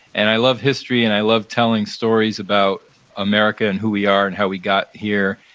and i love history and i love telling stories about america and who we are and how we got here,